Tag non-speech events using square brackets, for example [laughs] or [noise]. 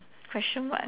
question mark [laughs]